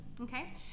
Okay